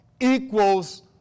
equals